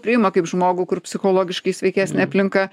priima kaip žmogų kur psichologiškai sveikesnė aplinka